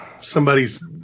somebody's